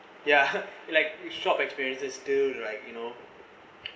ya like you shop experiences still like you know